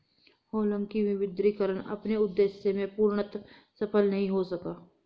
हालांकि विमुद्रीकरण अपने उद्देश्य में पूर्णतः सफल नहीं हो सका